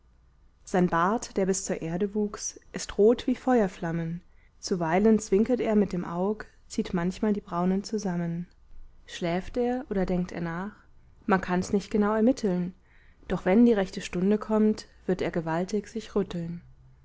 sein bart der bis zur erde wuchs ist rot wie feuerflammen zuweilen zwinkert er mit dem aug zieht manchmal die braunen zusammen schläft er oder denkt er nach man kann's nicht genau ermitteln doch wenn die rechte stunde kommt wird er gewaltig sich rütteln